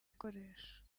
ibikoresho